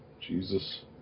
Jesus